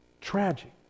Tragic